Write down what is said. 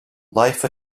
life